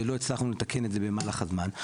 שלא הצלחנו לתקן את זה במהלך הזמן.